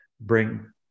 bring